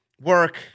work